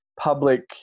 public